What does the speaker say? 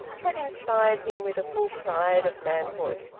had inspired him with a full pride of manhood.